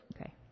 Okay